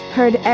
Heard